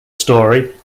story